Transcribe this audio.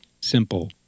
simple